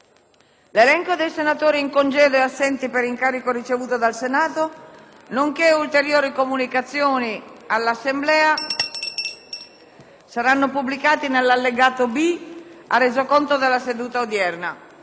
L'elenco dei senatori in congedo e assenti per incarico ricevuto dal Senato nonché ulteriori comunicazioni all'Assemblea saranno pubblicati nell'allegato B al Resoconto della seduta odierna.